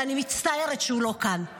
ואני מצטערת שהוא לא כאן,